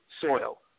soil